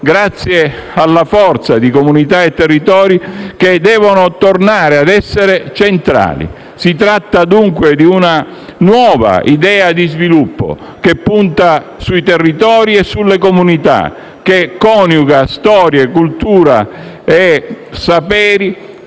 grazie alla forza di comunità e territori, che devono tornare ad essere centrali. Si tratta dunque di una nuova idea di sviluppo, che punta sui territori e sulle comunità, che coniuga storia, cultura e saperi